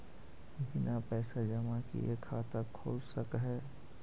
बिना पैसा जमा किए खाता खुल सक है?